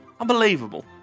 unbelievable